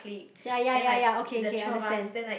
ya ya ya ya okay understand